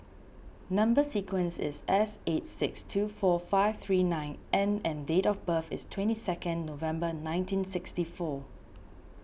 Number Sequence is S eight six two four five three nine N and date of birth is twenty second November nineteen sixty four